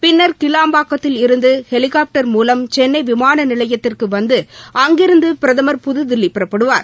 பின்னர் கிளாம்பாக்கத்தில் இருந்து ஹெலிகாப்டர் மூலம் சென்னை விமான நிலையத்திற்கு வந்து அங்கிருந்து பிரதமர் புதுதில்லி புறப்படுவார்